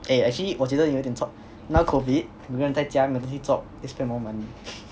eh actually 我觉得有点错 now COVID 每个人在家没有东西做 they spend more money